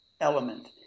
element